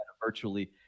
virtually